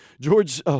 George